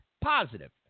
positive